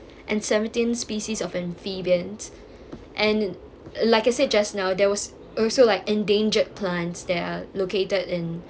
and seventeen species of amphibians and like I said just now there was also like endangered plants there are located in